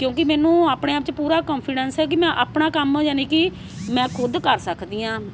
ਕਿਉਂਕਿ ਮੈਨੂੰ ਆਪਣੇ ਆਪ 'ਚ ਪੂਰਾ ਕੌਨਫੀਡੈਂਸ ਹੈ ਕਿ ਮੈਂ ਆਪਣਾ ਕੰਮ ਯਾਨੀ ਕਿ ਮੈਂ ਖੁਦ ਕਰ ਸਕਦੀ ਹਾਂ